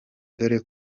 dore